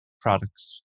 products